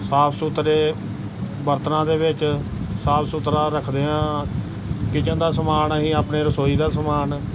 ਸਾਫ਼ ਸੁਥਰੇ ਬਰਤਨਾਂ ਦੇ ਵਿੱਚ ਸਾਫ਼ ਸੁਥਰਾ ਰੱਖਦੇ ਹਾਂ ਕਿਚਨ ਦਾ ਸਮਾਨ ਅਸੀਂ ਆਪਣੇ ਰਸੋਈ ਦਾ ਸਮਾਨ